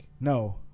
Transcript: no